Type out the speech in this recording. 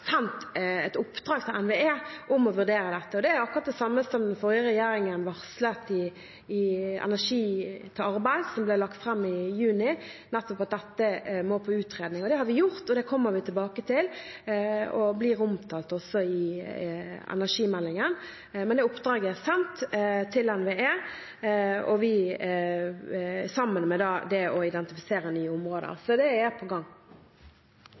et oppdrag til NVE om å vurdere dette. Det er akkurat det samme som den forrige regjeringen varslet i stortingsmeldingen Energi til arbeid, som ble lagt fram i juni, at dette må utredes, og det har vi gjort. Det kommer vi tilbake til, og det vil bli omtalt også i energimeldingen. Men det oppdraget, sammen med det å identifisere nye områder, er sendt til NVE. Så det er på gang.